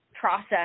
process